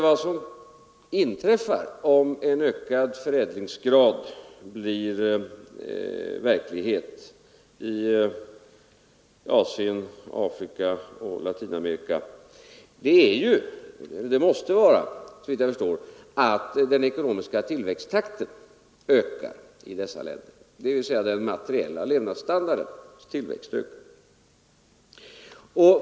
Vad som inträffar om en ökad förädlingsgrad blir verklighet i Asien, Afrika och Latinamerika måste såvitt jag förstår vara att den ekonomiska tillväxttakten ökar i dessa länder, dvs. att den materiella levnadsstandardens tillväxt ökar.